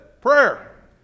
prayer